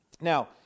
Now